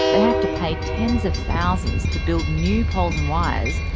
they have to pay tens of thousands to build new poles and wires,